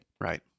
Right